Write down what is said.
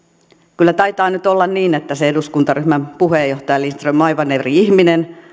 kyllä taitaa nyt olla niin että se eduskuntaryhmän puheenjohtaja lindström on aivan eri ihminen